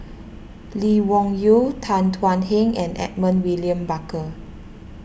Lee Wung Yew Tan Thuan Heng and Edmund William Barker